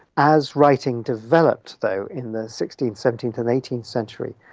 as writing developed though in the sixteenth, seventeenth and eighteenth century,